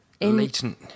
latent